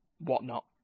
whatnot